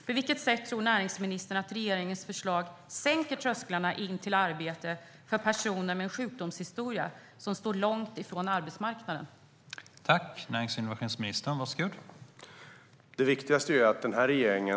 På vilket sätt tror näringsministern att regeringens förslag kommer att sänka trösklarna för att personer med en sjukdomshistoria och som står långt ifrån arbetsmarknaden ska komma in i arbete?